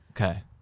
okay